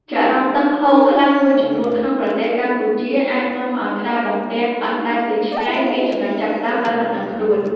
ចរន្តទឹកហូរខ្លាំងមួយចំនួនក្នុងប្រទេសកម្ពុជា អាចនាំឱ្យក្តារបន្ទះអណ្ដែតទៅឆ្ងាយពីចំណុចចាប់ផ្ដើមដោយមិនដឹងខ្លួន។